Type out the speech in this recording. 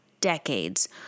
decades